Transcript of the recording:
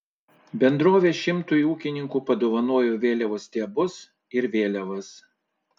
bendrovė šimtui ūkininkų padovanojo vėliavų stiebus ir vėliavas